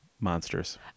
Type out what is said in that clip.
Monsters